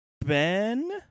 Ben